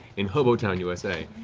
in hobotown, usa.